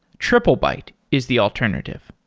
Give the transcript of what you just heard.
triplebyte is the alternative.